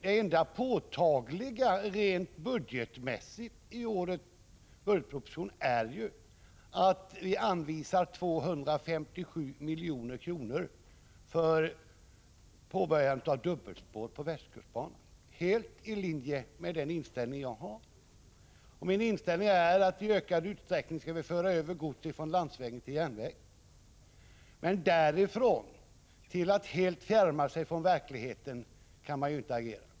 Det enda påtagliga rent budgetmässigt i årets budgetproposition är att vi anvisar 257 milj.kr. för påbörjande av dubbelspår på västkustbanan — helt i linje med den inställning jag har. Min inställning är att vi i ökad utsträckning skall föra över gods från landsväg till järnväg. Men man kan inte agera så att man med utgångspunkt i det helt fjärmar sig från verkligheten!